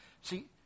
See